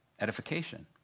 edification